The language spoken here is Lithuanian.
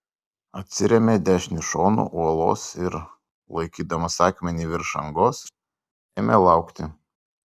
atsirėmė dešiniu šonu uolos ir laikydamas akmenį virš angos ėmė laukti